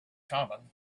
common